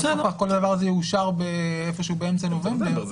הדבר הזה יאושר איפשהו באמצע נובמבר.